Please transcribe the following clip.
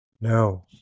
No